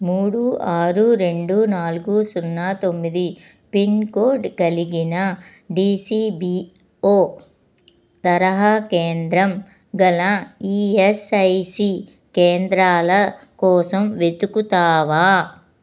మూడు ఆరు రెండు నాలుగు సున్నా తొమ్మిది పిన్ కోడ్ కలిగిన డీసిబిఓ తరహా కేంద్రం గల ఈఎస్ఐసి కేంద్రాల కోసం వెతుకుతావా